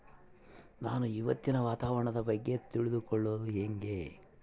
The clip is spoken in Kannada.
ನಾನು ಇವತ್ತಿನ ವಾತಾವರಣದ ಬಗ್ಗೆ ತಿಳಿದುಕೊಳ್ಳೋದು ಹೆಂಗೆ?